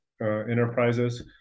enterprises